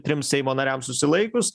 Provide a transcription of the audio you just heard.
trims seimo nariams susilaikius